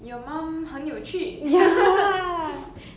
your mum 很有趣